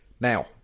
Now